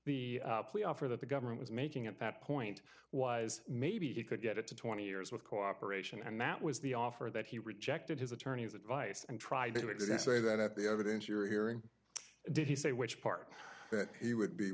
the plea offer that the government was making at that point was maybe he could get up to twenty years with cooperation and that was the offer that he rejected his attorney's advice and tried to do it didn't say that at the evidence you're hearing did he say which part that he would be